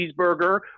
cheeseburger